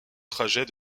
trajet